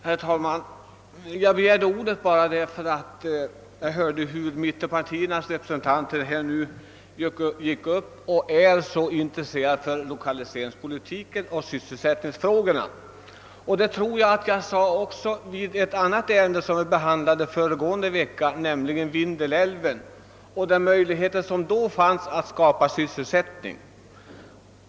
Herr talman! Jag har begärt ordet med anledning av att mittenpartiernas representanter i denna debatt visat så stort intresse för lokaliseringspolitiken och sysselsättningsfrågorna. I förra veckan diskuterade vi frågan om Vindelälven och möjligheterna att genom en utbyggnad av denna skapa sysselsättningstillfällen.